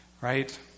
Right